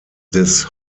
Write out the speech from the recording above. des